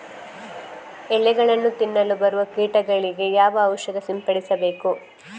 ಎಲೆಗಳನ್ನು ತಿನ್ನಲು ಬರುವ ಕೀಟಗಳಿಗೆ ಯಾವ ಔಷಧ ಸಿಂಪಡಿಸಬೇಕು?